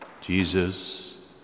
Jesus